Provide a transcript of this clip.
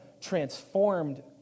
transformed